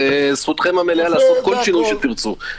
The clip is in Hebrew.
זכותם המלאה לעשות כל שיקול שתרצו.